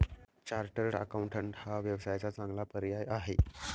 chartered accountant हा व्यवसायाचा चांगला पर्याय आहे